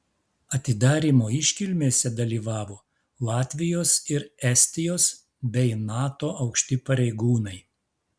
atidarymo iškilmėse dalyvavo latvijos ir estijos bei nato aukšti pareigūnai